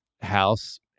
house